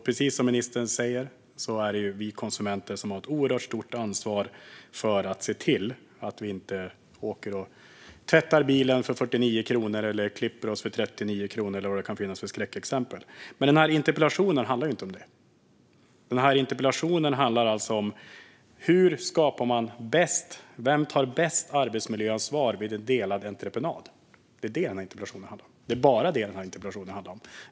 Precis som ministern säger är det vi konsumenter som har ett stort ansvar för att se till att vi inte tvättar bilen för 49 kronor, klipper oss för 39 kronor eller vad det nu kan finnas för skräckexempel. Men den här interpellationen handlar inte om det. Den handlar om vem som bäst tar arbetsmiljöansvar vid en delad entreprenad. Det är bara detta som interpellationen handlar om.